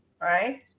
right